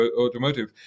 automotive